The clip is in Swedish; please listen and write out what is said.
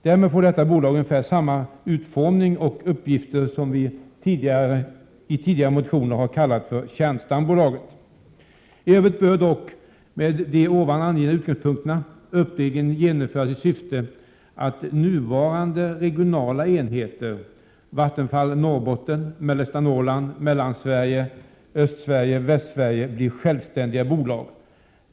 Därmed får detta bolag ungefär samma utformning och uppgifter som det vi i tidigare motioner kallat för Kärnstambolaget. I övrigt bör dock, med de angivna utgångspunkterna, uppläggningen genomföras i syfte att nuvarande regionala enheter, Vattenfall Norrbotten, Vattenfall Mellersta Norrland, Vattenfall Mellansverige, Vattenfall Östsverige och Vattenfall Västsverige, blir självständiga bolag.